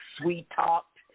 sweet-talked